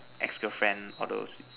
ex girlfriend all those